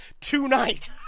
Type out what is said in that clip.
tonight